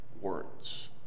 words